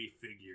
figure